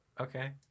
Okay